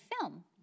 film